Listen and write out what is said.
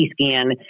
scan